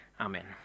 Amen